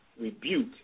rebuke